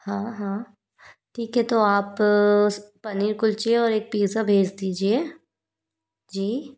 हाँ हाँ ठीक है तो आप उस्स पनीर कुलचे और एक पिज़्जा भेज दीजिए जी